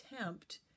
attempt